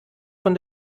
von